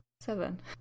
seven